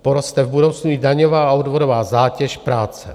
Poroste v budoucnu i daňová a odvodová zátěž práce.